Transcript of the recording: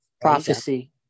Prophecy